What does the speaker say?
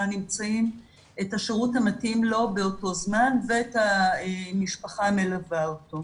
הנמצאים את השירות המתאים לו באותו זמן ולמשפחה המלווה אותו.